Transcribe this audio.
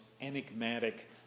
enigmatic